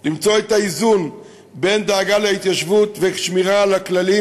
למצוא את האיזון בין דאגה להתיישבות לשמירה על הכללים.